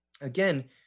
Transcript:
Again